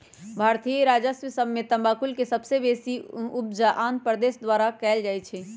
भारतीय राज्य सभ में तमाकुल के सबसे बेशी उपजा आंध्र प्रदेश द्वारा कएल जाइ छइ